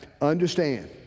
understand